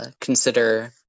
consider